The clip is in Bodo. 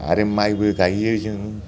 आरो माइबो गाइयो जोङो